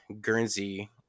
Guernsey